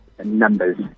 numbers